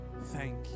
Thank